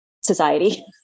society